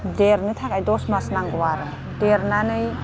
देरनो थाखाय दस मास नांगौ आरो देरनानै